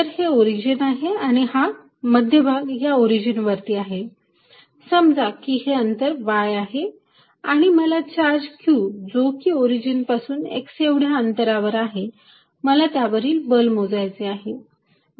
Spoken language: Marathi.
तर हे ओरिजिन आहे आणि हा मध्यभाग या ओरिजिन वरती आहे समजा की हे अंतर y आहे आणि मला चार्ज q जो की ओरिजिन पासून x एवढ्या अंतरावर आहे मला त्यावरील बल मोजायचे आहे